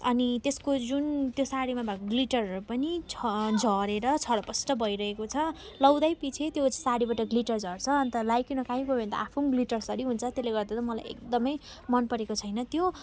अनि त्यसको जुन त्यो सारीमा भएको ग्लिटरहरू पनि छ झरेर छरपस्ट भइरहेको छ लाउँदैपिच्छे त्यो सारीबाट ग्लिटर झर्छ अन्त लगाइकन कहीँ गयो भने त आँफू पनि ग्लिटरसरी हुन्छ त्यसले गर्दा चाहिँ मलाई एकदमै मन परेको छैन त्यो अनि